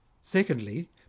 secondly